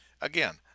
again